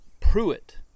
Pruitt